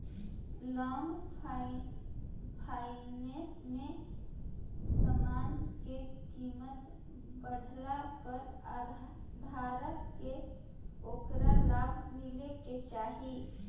long finance में समान के कीमत बढ़ला पर धारक के ओकरा लाभ मिले के चाही